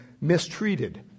mistreated